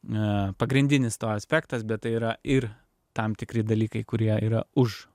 pagrindinis aspektas bet tai yra ir tam tikri dalykai kurie yra už